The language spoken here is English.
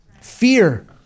Fear